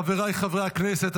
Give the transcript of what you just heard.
חבריי חברי הכנסת,